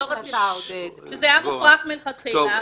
שזה היה מופרך מלכתחילה,